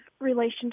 relationship